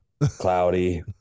cloudy